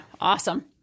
Awesome